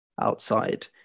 outside